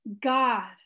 God